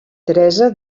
teresa